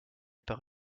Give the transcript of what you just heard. par